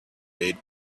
made